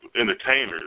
Entertainers